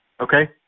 okay